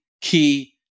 key